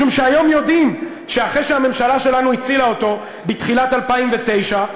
משום שהיום יודעים שאחרי שהממשלה שלנו הצילה אותו בתחילת 2009,